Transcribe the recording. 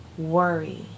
Worry